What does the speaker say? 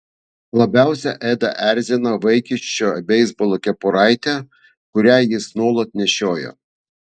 labiausiai edą erzino vaikiščio beisbolo kepuraitė kurią jis nuolat nešiojo